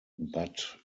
but